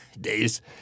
days